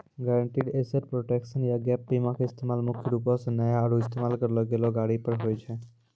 guaranteed asset protection या gap बीमा के इस्तेमाल मुख्य रूपो से नया आरु इस्तेमाल करलो गेलो गाड़ी पर होय छै